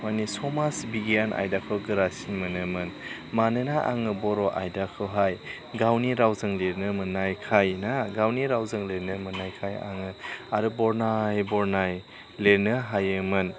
मानि समाज बिगियान आयदाखौ गोरासिन मोनोमोन मानोना आङो बर' आयदाखौहाय गावनि रावजों गावनि रावजों लिरनो मोननायखाय आङो आरो बरनाय बरनाय लिरनो हायोमोन